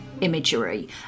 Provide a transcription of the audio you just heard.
imagery